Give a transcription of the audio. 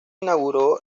inauguró